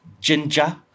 Ginger